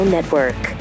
Network